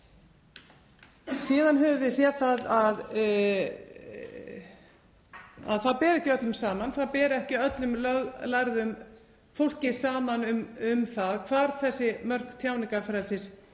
Síðan höfum við séð að það ber ekki öllum saman, það ber ekki öllu löglærðu fólki saman um það hvar þessi mörk tjáningarfrelsis